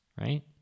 right